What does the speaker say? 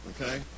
okay